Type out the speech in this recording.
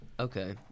Okay